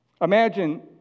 Imagine